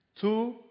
Two